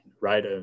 right